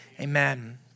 amen